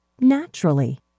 naturally